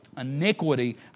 iniquity